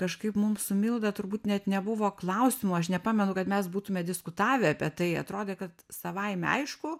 kažkaip mums su milda turbūt net nebuvo klausimų aš nepamenu kad mes būtume diskutavę apie tai atrodė kad savaime aišku